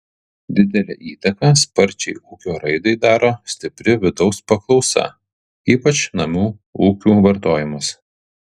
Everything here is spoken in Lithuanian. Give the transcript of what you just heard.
didelę įtaką sparčiai ūkio raidai daro stipri vidaus paklausa ypač namų ūkių vartojimas